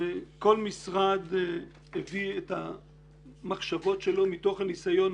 כל משרד הביא את המחשבות שלו מתוך הניסיון.